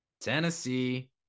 Tennessee